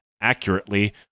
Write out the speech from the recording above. accurately